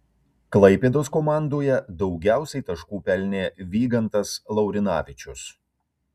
klaipėdos komandoje daugiausiai taškų pelnė vygantas laurinavičius